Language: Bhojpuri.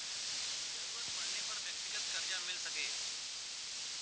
जरूरत पड़ले पर व्यक्तिगत करजा मिल सके